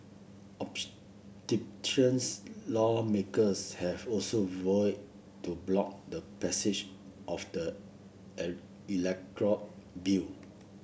lawmakers have also vowed to block the passage of the electoral bill